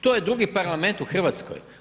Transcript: To je drugi parlament u Hrvatskoj.